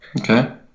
Okay